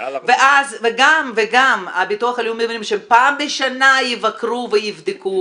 וגם הביטוח הלאומי אומרים שפעם בשנה יבקרו ויבדקו.